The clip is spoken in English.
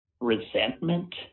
resentment